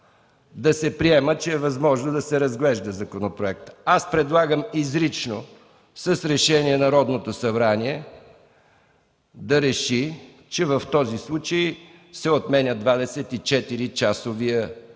да се приема, че е възможно да се разглежда законопроектът. Аз предлагам изрично с решение Народното събрание да реши, че в този случай се отменя 24-часовият срок